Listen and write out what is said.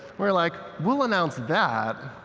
we're like, we'll announce that,